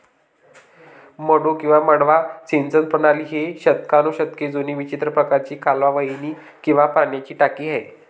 मड्डू किंवा मड्डा सिंचन प्रणाली ही शतकानुशतके जुनी विचित्र प्रकारची कालवा वाहिनी किंवा पाण्याची टाकी आहे